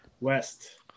West